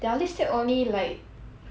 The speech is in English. ten plus to twenty plus